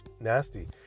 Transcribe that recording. nasty